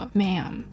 ma'am